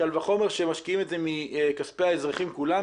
קל וחומר כשמשקיעים את זה מכספי האזרחים כולם,